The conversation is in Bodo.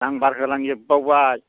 नाम्बार होलांजोबबावबाय